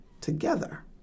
together